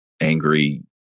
angry